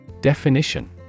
Definition